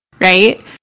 right